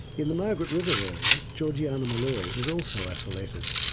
in the margaret river area, georgiana molloy was also isolated.